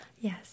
Yes